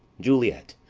juliet,